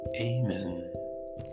Amen